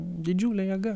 didžiulė jėga